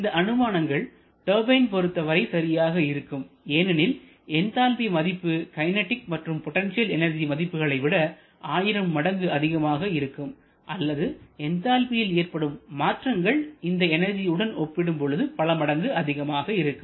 இந்த அனுமானங்கள் டர்பைன் பொருத்தவரை சரியாக இருக்கும் ஏனெனில் என்தால்பி மதிப்பு கைனெடிக் மற்றும் பொட்டென்சியல் எனர்ஜி மதிப்புகளை விட 1000 மடங்கு அதிகமாக இருக்கும் அல்லது என்தால்பியில் ஏற்படும் மாற்றங்கள் இந்த எனர்ஜி உடன் ஒப்பிடும் பொழுது பல மடங்கு அதிகமாக இருக்கும்